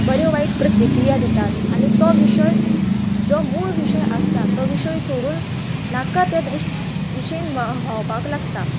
बऱ्यो वायट प्रतिक्रिया दितात आनी तो विशय जो मूळ विशय आसता तो विशय सोडून नाका तें दिशेन व्हांवपाक लागता